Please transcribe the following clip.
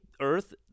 Earth